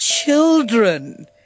Children